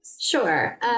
Sure